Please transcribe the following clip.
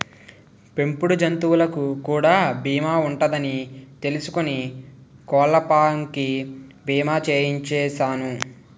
పెంపుడు జంతువులకు కూడా బీమా ఉంటదని తెలుసుకుని కోళ్ళపాం కి బీమా చేయించిసేను